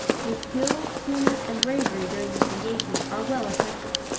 his skill, coolness, and bravery during this engagement are well attested.